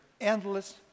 endless